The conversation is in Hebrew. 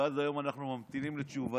ועד היום אנחנו ממתינים לתשובתה.